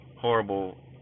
horrible